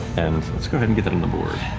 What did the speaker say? and let's go ahead and get that on the board.